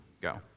go